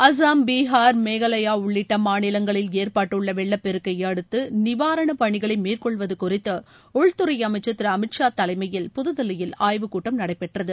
அசாம் பீஹார் மேகாலயா உள்ளிட்ட மாநிலங்களில் ஏற்பட்டுள்ள வெள்ளபெருக்கை அடுத்து நிவாரண பணிகளை மேற்கொள்வது குறித்து உள்துறை அமச்சர் திரு அமித் ஷா தலைமையில் புதுதில்லியில் ஆய்வு கூட்டம் நடைபெற்றது